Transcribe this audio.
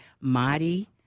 Madi